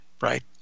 right